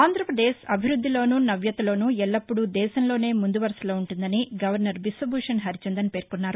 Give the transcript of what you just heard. ఆంధ్రప్రదేశ్ అభివృద్దిలోను నవ్యతలోను ఎల్లప్పుడూ దేశంలోనే ముందువరసలో ఉంటుందని గవర్నర్ బిశ్వభూషణ్ హరిచందన్ పేర్కొన్నారు